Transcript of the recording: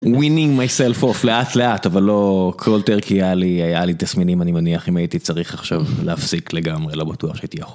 Winning myself of לאט לאט אבל לא cold turkey היה לי היה לי תסמינים אני מניח אם הייתי צריך עכשיו להפסיק לגמרי לא בטוח שהייתי יכול.